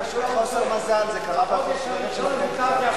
פשוט חוסר מזל, זה קרה במשמרת שלכם.